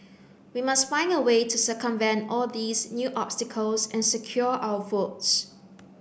we must find a way to circumvent all these new obstacles and secure our votes